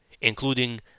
Including